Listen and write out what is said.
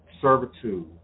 servitude